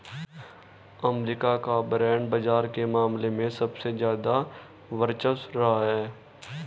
अमरीका का बांड बाजार के मामले में सबसे ज्यादा वर्चस्व रहा है